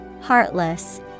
Heartless